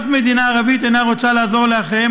שום מדינה ערבית אינה רוצה לעזור לאחיהם